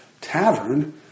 tavern